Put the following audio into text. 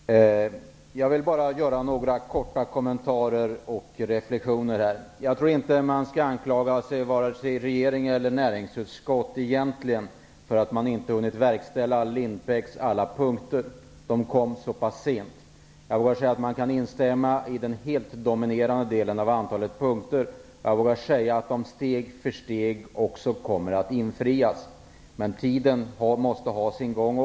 Herr talman! Jag vill bara göra några korta kommentarer och reflexioner. Jag tror inte att man skall anklaga vare sig regering eller näringsutskott för att man inte hunnit verkställa Lindbecks alla förslag. De kom så pass sent. Jag vågar säga att jag kan instämma i det dominerande antalet förslag. Jag vågar säga att de steg för steg också kommer att genomföras. Men tiden måste ha sin gång.